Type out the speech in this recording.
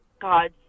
god